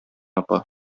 апа